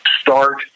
Start